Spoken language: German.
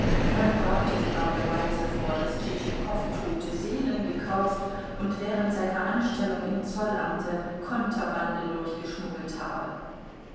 man brachte sogar beweise vor daß tschitschikow tote seelen gekauft und während seiner anstellung im zollamte konterbande durchgeschmuggelt habe